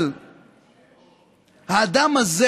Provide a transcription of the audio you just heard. אבל האדם הזה,